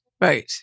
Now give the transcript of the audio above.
Right